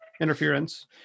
interference